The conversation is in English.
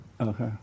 Okay